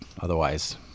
Otherwise